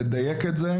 לדייק את זה,